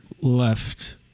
left